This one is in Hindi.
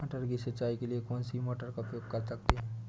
मटर की सिंचाई के लिए कौन सी मोटर का उपयोग कर सकते हैं?